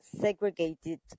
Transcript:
segregated